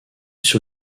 sur